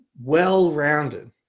well-rounded